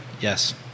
Yes